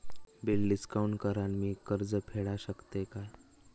Bill discount करान मी कर्ज फेडा शकताय काय?